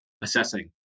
assessing